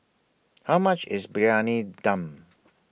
How much IS Briyani Dum